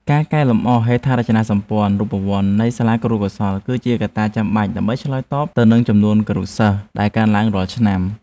ការកែលម្អហេដ្ឋារចនាសម្ព័ន្ធរូបវន្តនៃសាលាគរុកោសល្យគឺជាកត្តាចាំបាច់ដើម្បីឆ្លើយតបទៅនឹងចំនួនគរុសិស្សដែលកើនឡើងរាល់ឆ្នាំ។